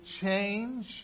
change